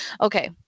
Okay